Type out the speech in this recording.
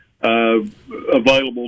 Available